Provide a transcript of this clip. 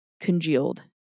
congealed